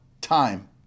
time